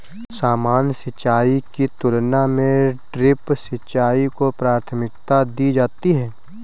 सामान्य सिंचाई की तुलना में ड्रिप सिंचाई को प्राथमिकता दी जाती है